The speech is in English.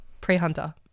pre-hunter